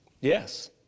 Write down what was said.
Yes